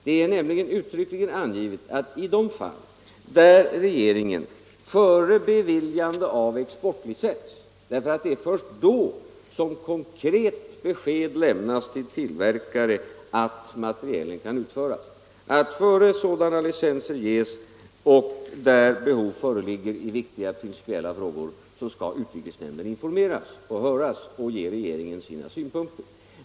Det är nämligen uttryckligen angivet att i de fall då regeringen före beviljandet av exportlicens — ty det är först då som konkret besked lämnas till tillverkarna att materielen får föras ut — och där behov föreligger i viktiga principiella frågor skall utrikesnämnden informeras och höras, och nämnden skall delge regeringen sina synpunkter.